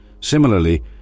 Similarly